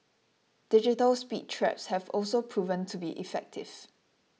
digital speed traps have also proven to be effective